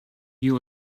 you